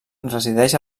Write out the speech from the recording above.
resideix